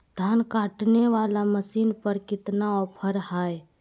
धान काटने वाला मसीन पर कितना ऑफर हाय?